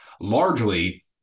largely